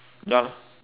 ya lah